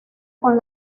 con